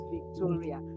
Victoria